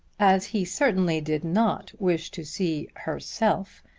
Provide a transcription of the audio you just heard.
as he certainly did not wish to see herself,